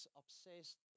obsessed